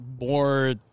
more